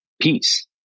peace